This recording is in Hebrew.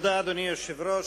אדוני היושב-ראש,